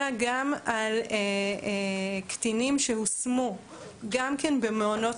אלא גם על קטינים שהושמו גם כן במעונות